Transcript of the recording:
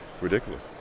ridiculous